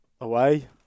away